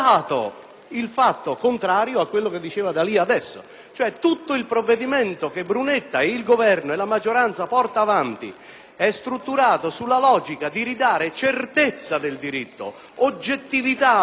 tutto il provvedimento che il ministro Brunetta, il Governo e la maggioranza portano avanti è strutturato sulla logica di ridare certezza del diritto ed oggettività alle strutture, alle impalcature ed all'organizzazione dei quadri,